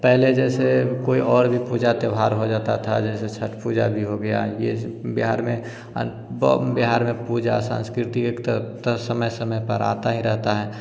पहले जैसे कोई और भी पूजा त्यौहार हो जाता था जैसे छत्त पूजा भी हो गया ये बिहार में बम बिहार में पूजा संस्कृति एक तरह तक एक समय समय पर आता ही रहता है